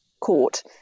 court